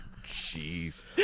Jeez